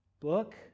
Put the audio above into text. book